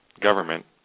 government